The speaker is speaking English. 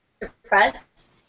depressed